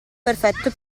perfetto